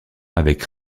avec